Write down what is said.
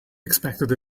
expected